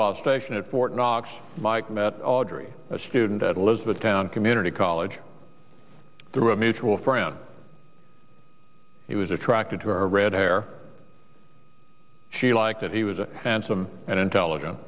while stationed at fort knox mike met audrey a student at liz the town community college through a mutual friend he was attracted to her red hair she liked that he was a handsome and intelligent